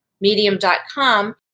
medium.com